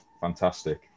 fantastic